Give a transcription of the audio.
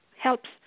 helps